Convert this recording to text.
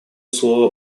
слово